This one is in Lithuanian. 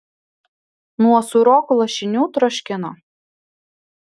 nuo sūrokų lašinių troškino